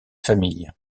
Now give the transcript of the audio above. familles